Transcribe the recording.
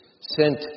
sent